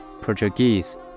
Portuguese